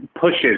pushes